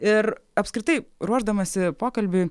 ir apskritai ruošdamasi pokalbiui